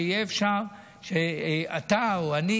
שיהיה אפשר שאתה או אני,